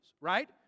right